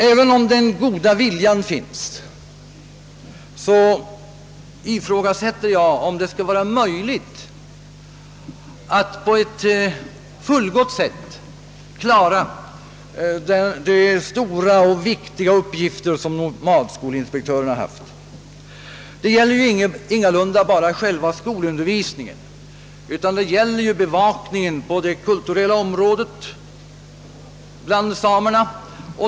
Jag ifrågagsätter därför om det är möjligt för dem att, även om den goda viljan finns, på ett fullgott sätt klara de stora och viktiga uppgifter som nomadskolinspektören har haft. Det gäller ingalunda bara själva skolundervisningen utan det gäller även bevakningen på det kulturella området bland samerna.